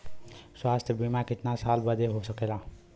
स्वास्थ्य बीमा कितना साल बदे हो सकेला?